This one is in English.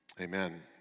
Amen